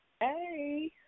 Hey